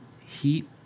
Heat